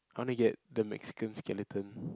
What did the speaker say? I want to get the Mexican skeleton